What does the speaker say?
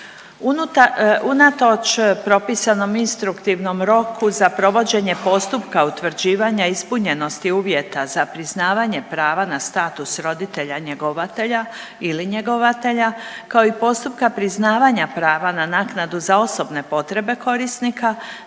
unatoč propisanom instruktivnom roku za provođenje postupka utvrđivanja ispunjenosti uvjeta za priznavanje prava na status roditelja-njegovatelja ili njegovatelja, kao i postupka priznavanja prava na naknadu za osobne potrebe korisnika,